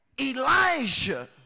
Elijah